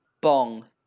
Bong